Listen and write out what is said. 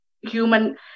human